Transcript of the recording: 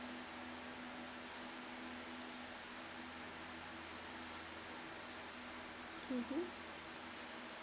mmhmm